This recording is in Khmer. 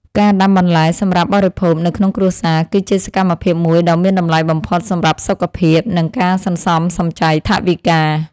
ការដាំបន្លែសម្រាប់បរិភោគនៅក្នុងគ្រួសារគឺជាសកម្មភាពមួយដ៏មានតម្លៃបំផុតសម្រាប់សុខភាព និងការសន្សំសំចៃថវិកា។